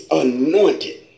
anointed